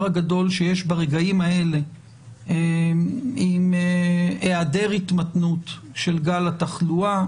הגדול שיש ברגעים האלה עם היעדר התמתנות של גל התחלואה,